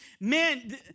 man